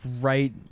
right